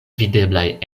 videblaj